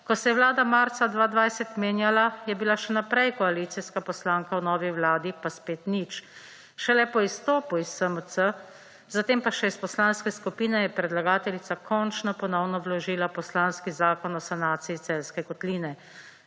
Ko se je vlada marca 2020 menjala, je bila še naprej koalicijska poslanka v novi vladi, pa spet nič. Šele po izstopu iz SMC, zatem pa še iz poslanske skupine je predlagateljica končno ponovno vložila poslanski zakon o sanaciji Celjske kotline.